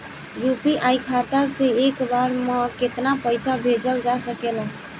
UPI खाता से एक बार म केतना पईसा भेजल जा सकेला?